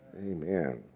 Amen